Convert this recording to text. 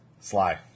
Sly